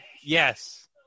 Yes